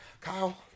kyle